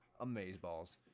amazeballs